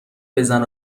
بزن